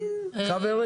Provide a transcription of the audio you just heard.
חברים.